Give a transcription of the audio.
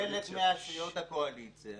-- חלק מהסיעות הקואליציה